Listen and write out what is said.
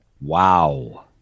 Wow